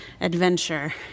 adventure